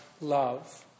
love